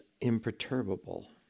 imperturbable